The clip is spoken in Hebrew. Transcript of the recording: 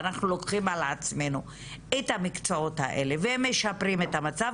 אנחנו לוקחים על עצמנו את המקצועות האלה ומשפרים את המצב,